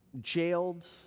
jailed